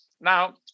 Now